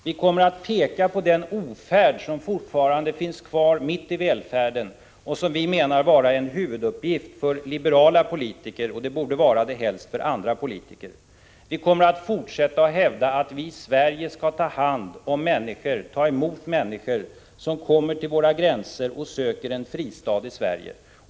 Vi kommer att peka på den ofärd som fortfarande finns kvar mitt i välfärden och som vi menar vara en huvuduppgift för liberala politiker att undanröja — det borde det helst vara också för andra politiker. Vi kommer att fortsätta att hävda att vi i Sverige skall ta emot människor som kommer till våra gränser och söker en fristad i Sverige.